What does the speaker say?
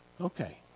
Okay